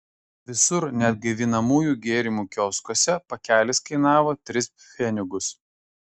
visur net gaivinamųjų gėrimų kioskuose pakelis kainavo tris pfenigus